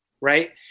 right